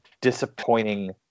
disappointing